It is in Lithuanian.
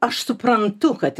aš suprantu kad